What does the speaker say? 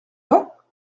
pas